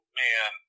man